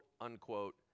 unquote